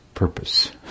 Purpose